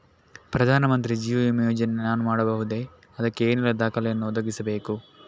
ಪ್ರಧಾನ ಮಂತ್ರಿ ಜೀವ ವಿಮೆ ಯೋಜನೆ ನಾನು ಮಾಡಬಹುದೇ, ಅದಕ್ಕೆ ಏನೆಲ್ಲ ದಾಖಲೆ ಯನ್ನು ನಾನು ಒದಗಿಸಬೇಕು?